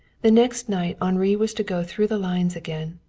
the next night henri was to go through the lines again.